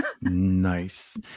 Nice